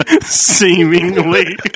seemingly